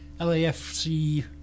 LAFC